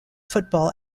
football